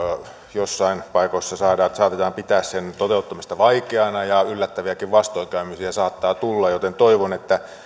joissain paikoissa saatetaan pitää sen toteuttamista vaikeana ja yllättäviäkin vastoinkäymisiä saattaa tulla joten toivon että